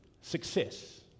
success